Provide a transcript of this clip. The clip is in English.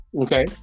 Okay